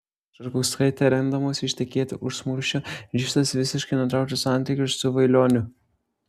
šarkauskaitė rengdamosi ištekėti už šmulkščio ryžtasi visiškai nutraukti santykius su vailioniu